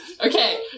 okay